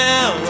Now